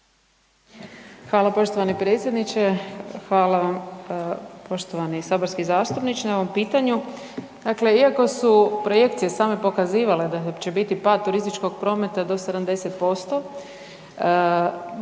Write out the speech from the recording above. Hvala poštovani predsjedniče. Hvala poštovani saborski zastupniče na ovom pitanju. Dakle, iako su projekcije same pokazivale da će biti pad turističkog prometa do 70%